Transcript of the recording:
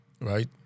right